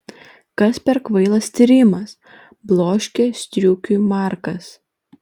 kas per kvailas tyrimas bloškė striukiui markas